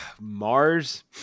Mars